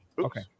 okay